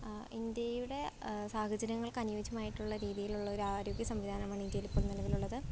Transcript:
ഇന്ത്യയുടെ സാഹചര്യങ്ങൾക്ക് അനുയോജ്യമായിട്ടുള്ള രീതിയിലുള്ള ഒരു ആരോഗ്യ സംവിധാനമാണ് ഇന്ത്യയിലിപ്പോൾ നിലവിലുള്ളത്